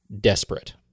desperate